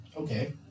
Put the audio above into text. Okay